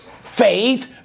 faith